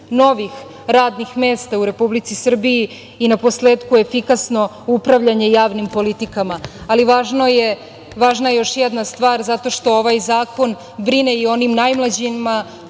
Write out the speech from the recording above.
novih radnih mesta u Republici Srbiji i naposletku efikasno upravljanje javnim politikama. Važna je još jedna stvar zato što ovaj zakon brine i o onim najmlađima,